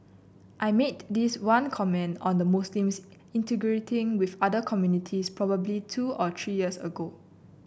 I made this one comment on the Muslims integrating with other communities probably two or three years ago